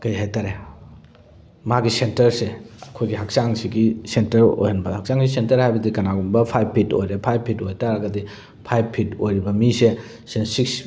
ꯀꯩ ꯍꯥꯏꯇꯥꯔꯦ ꯃꯥꯒꯤ ꯁꯦꯟꯇꯔꯁꯦ ꯑꯩꯈꯣꯏꯒꯤ ꯍꯛꯆꯥꯡꯁꯤꯒꯤ ꯁꯦꯟꯇꯔ ꯑꯣꯏꯍꯟꯕ ꯍꯛꯆꯥꯡꯒꯤ ꯁꯦꯟꯇꯔ ꯍꯥꯏꯕꯗꯤ ꯀꯅꯥꯒꯨꯝꯕ ꯐꯥꯏꯚ ꯐꯤꯠ ꯑꯣꯏꯔꯦ ꯐꯥꯏꯚ ꯐꯤꯠ ꯑꯣꯏꯇꯥꯔꯒꯗꯤ ꯐꯥꯏꯚ ꯐꯤꯠ ꯑꯣꯏꯔꯤꯕ ꯃꯤꯁꯦ ꯁꯤꯅ ꯁꯤꯛꯁ